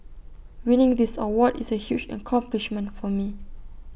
winning this award is A huge accomplishment for me